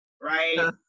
right